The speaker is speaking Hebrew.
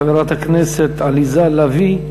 חברת הכנסת עליזה לביא,